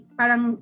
parang